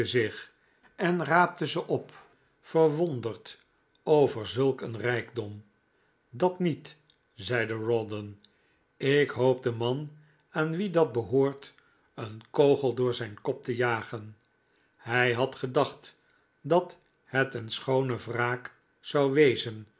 zich en raapte ze op verwonderd over zulk een rijkdom dat niet zeide rawdon ik hoop den man aan wien dat behoort een kogel door zijn kop te jagen hij had gedacht dat het een schoone wraak zou wezen